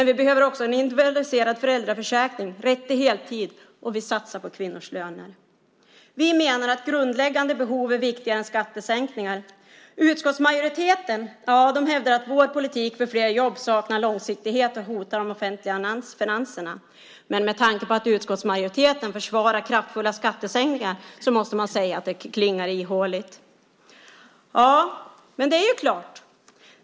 Vi behöver också en individualiserad föräldraförsäkring, rätt till heltid och en satsning på kvinnors löner. Vi menar att grundläggande behov är viktigare än skattesänkningar. Utskottsmajoriteten hävdar att vår politik för fler jobb saknar långsiktighet och hotar de offentliga finanserna. Med tanke på att utskottsmajoriteten försvarar kraftfulla skattesänkningar måste man dock säga att det klingar ihåligt.